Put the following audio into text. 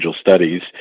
studies